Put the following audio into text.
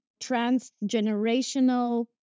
transgenerational